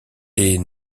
est